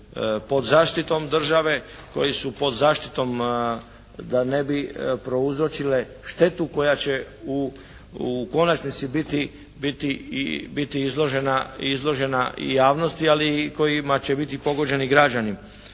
pod zaštitom države. Koji su pod zaštitom da ne bi prouzročile štetu koja će u konačnici biti izložena javnosti ali i kojima će biti pogođeni građani.